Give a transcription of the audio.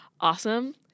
awesome